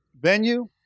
venue